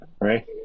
Right